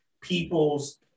people's